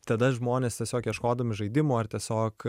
tada žmonės tiesiog ieškodami žaidimų ar tiesiog